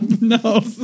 No